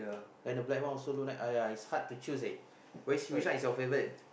then the black one also look nice !aiya! it's hard to choose leh which which one is your favourite